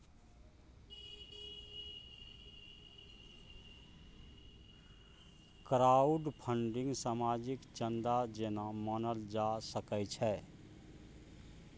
crowdfunding सामाजिक चन्दा जेना मानल जा सकै छै